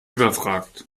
überfragt